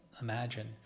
imagine